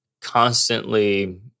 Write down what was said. constantly